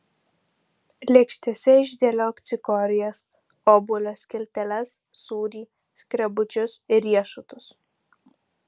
lėkštėse išdėliok cikorijas obuolio skilteles sūrį skrebučius ir riešutus